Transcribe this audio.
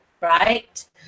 right